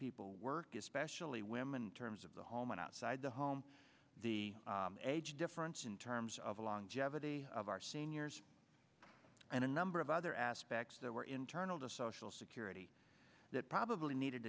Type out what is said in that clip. people work especially women terms of the home and outside the home the age difference in terms of a long jevon a of our seniors and a number of other aspects that were internal to social security that probably needed